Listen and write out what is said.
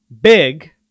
big